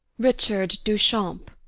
richard du champ.